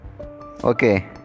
okay